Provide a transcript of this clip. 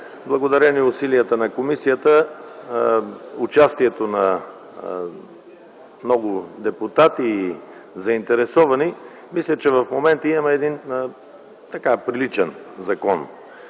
Благодарение усилията на комисията, участието на много депутати и заинтересовани, мисля, че в момента имаме приличен закон.